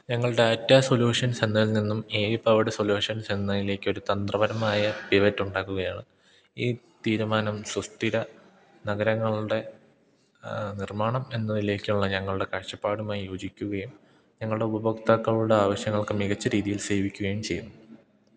ഞങ്ങൾ data solutions എന്നതിൽനിന്നും A I powered solutions എന്നതിലേക്ക് ഒരു തന്ത്രപരമായ പിവറ്റ് ഉണ്ടാക്കുകയാണ് ഈ തീരുമാനം സുസ്ഥിര നഗരങ്ങളുടെ നിർമ്മാണം എന്നതിലേക്കുള്ള ഞങ്ങളുടെ കാഴ്ചപ്പാടുമായി യോജിക്കുകയും ഞങ്ങളുടെ ഉപഭോക്താക്കളുടെ ആവശ്യങ്ങൾക്ക് മികച്ച രീതിയിൽ സേവിക്കുകയും ചെയ്യുന്നു